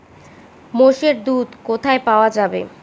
মোষের দুধ কোথায় পাওয়া যাবে?